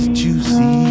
juicy